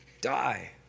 die